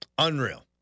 Unreal